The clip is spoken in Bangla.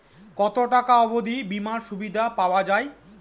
কত টাকা অবধি বিমার সুবিধা পাওয়া য়ায়?